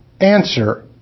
Answer